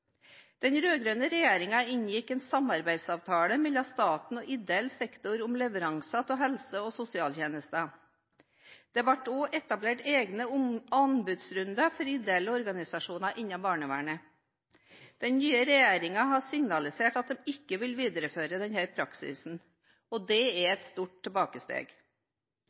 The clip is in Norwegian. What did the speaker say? Den rød-grønne regjeringen inngikk en samarbeidsavtale mellom staten og ideell sektor om leveranser av helse- og sosialtjenester. Det ble også etablert egne anbudsrunder for ideelle organisasjoner innen barnevernet. Den nye regjeringen har signalisert at den ikke vil videreføre denne praksisen, og det er et stort tilbakesteg.